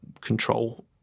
control